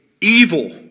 evil